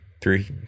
Three